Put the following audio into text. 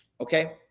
okay